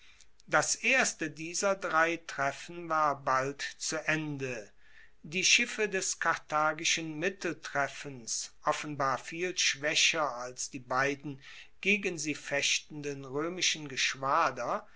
das erste dieser drei treffen war bald zu ende die schiffe des karthagischen mitteltreffens offenbar viel schwaecher als die beiden gegen sie fechtenden roemischen geschwader